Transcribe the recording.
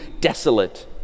desolate